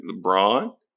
LeBron